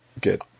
Good